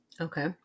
Okay